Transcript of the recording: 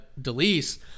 Delise